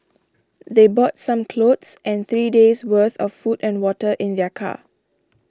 they brought some clothes and three days' worth of food and water in their car